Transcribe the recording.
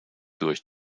durch